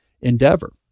endeavor